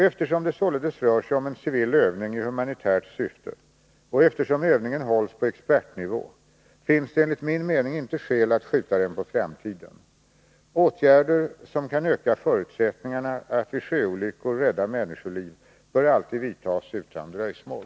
Eftersom det således rör sig om en civil övning i humanitärt syfte och eftersom övningen hålls på expertnivå, finns det enligt min mening inte skäl att skjuta den på framtiden. Åtgärder som kan öka förutsättningarna att vid sjöolyckor rädda människoliv bör alltid vidtas utan dröjsmål.